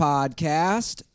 Podcast